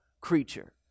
creature